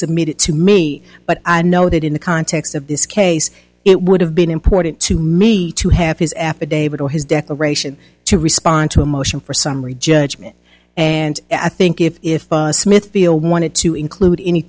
submitted to me but i know that in the context of this case it would have been important to me to have his affidavit or his declaration to respond to a motion for summary judgment and i think if smithfield wanted to include any